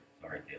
Sorry